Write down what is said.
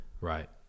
Right